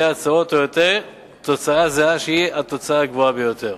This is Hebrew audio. הצעות או יותר תוצאה זהה שהיא התוצאה הגבוהה ביותר.